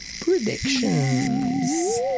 predictions